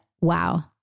wow